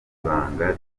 ibanga